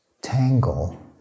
tangle